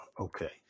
Okay